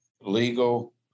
legal